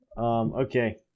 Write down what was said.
Okay